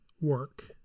work